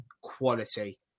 quality